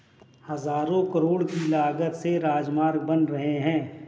हज़ारों करोड़ की लागत से राजमार्ग बन रहे हैं